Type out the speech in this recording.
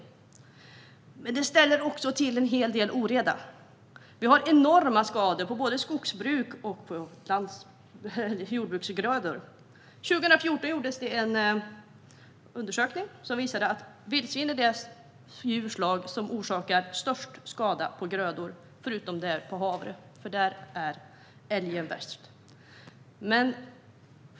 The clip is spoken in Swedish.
Men vildsvinen ställer också till en hel del oreda. Vi har enorma skador på både skogsbruk och jordbruksgrödor. År 2014 gjordes det en undersökning som visade att vildsvin är det djurslag som orsakar störst skada på grödor förutom på havre, för där är älgen värst.